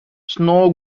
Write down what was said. snow